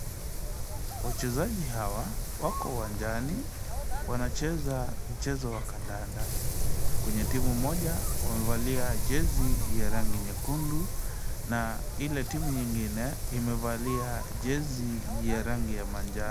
Wachezaji hawa wako uwanjani, wanacheza mchezo wa kandanda. Kwenye timu moja, wamevalia jezi ya rangi nyekundu, na ile timu nyingine imevalia jezi ya rangi ya manjano.